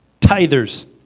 tithers